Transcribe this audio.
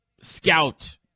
scout